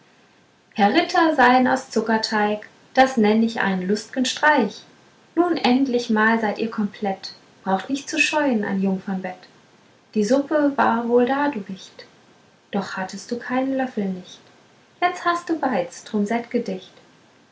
herr ritter sein aus zuckerteig das nenn ich einen lust'gen streich nun endlich mal seid ihr komplett braucht nicht zu scheun ein jungfernbett die suppe war wohl da du wicht doch hatt'st du keinen löffel nicht jetzt hast du beid's drum